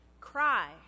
cry